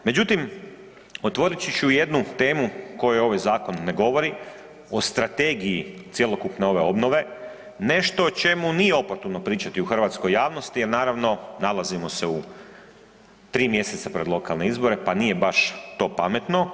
Međutim, otvorit ću jednu temu o kojoj ovaj zakon ne govori, o strategiji cjelokupne ove obnove, nešto o čemu nije oportuno pričati u hrvatskoj javnosti a naravno nalazimo se u tri mjeseca pred lokalne izbore pa nije baš to pametno.